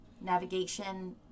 Navigation